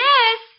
Yes